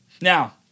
Now